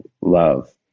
love